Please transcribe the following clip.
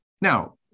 Now